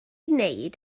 wneud